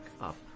up